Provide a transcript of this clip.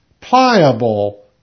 pliable